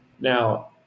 Now